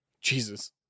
Jesus